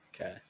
Okay